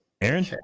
Aaron